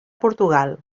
portugal